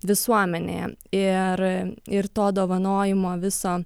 visuomenėje ir ir to dovanojimo viso